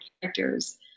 characters